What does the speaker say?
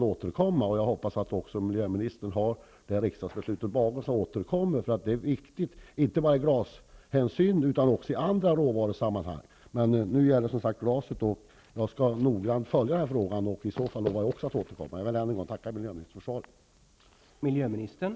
Jag hoppas att miljöministern har det riksdagsbeslutet aktuellt för sig, för det är viktigt inte bara med tanke på glas utan också i andra råvarusammanhang. Men nu gäller det som sagt glaset. Jag skall noga följa frågan och lovar också att återkomma. Jag vill än en gång tacka miljöministern för svaret.